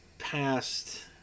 Past